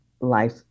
life